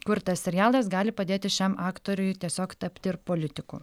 kurtas serialas gali padėti šiam aktoriui tiesiog tapti ir politiku